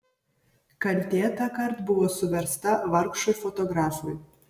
kaltė tąkart buvo suversta vargšui fotografui